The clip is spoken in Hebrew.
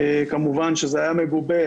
כמובן שזה היה מגובה